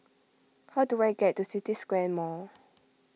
how do I get to City Square Mall